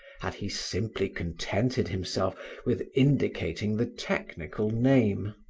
had he simply contented himself with indicating the technical name.